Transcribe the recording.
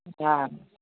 हा